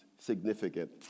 significant